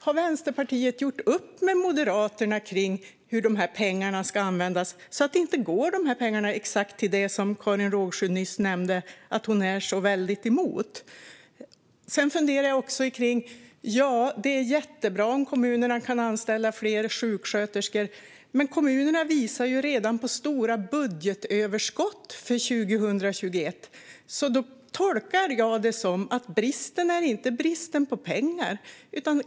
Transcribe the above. Har Vänsterpartiet gjort upp med Moderaterna om hur pengarna ska användas så att de inte går till det som Karin Rågsjö nyss nämnde att hon är väldigt mycket emot? Jag har ytterligare en fundering. Det vore jättebra om kommunerna kunde anställa fler sjuksköterskor. Men de visar redan på stora budgetöverskott för 2021. Jag tolkar därför att bristen inte beror på en brist på pengar.